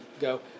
go